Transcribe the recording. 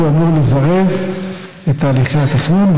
ואמור לזרז את הליכי התכנון,